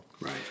Right